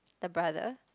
the brother